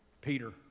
Peter